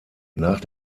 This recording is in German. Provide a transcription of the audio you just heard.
nach